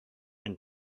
and